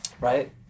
Right